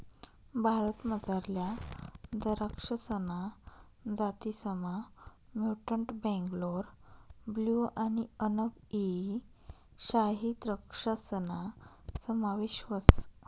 भारतमझारल्या दराक्षसना जातीसमा म्युटंट बेंगलोर ब्लू आणि अनब ई शाही द्रक्षासना समावेश व्हस